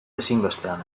ezinbestean